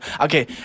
Okay